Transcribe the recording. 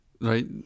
Right